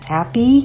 Happy